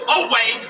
away